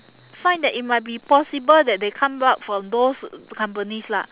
find that it might be possible that they come up from those companies lah